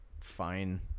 fine